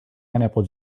pineapple